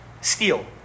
steal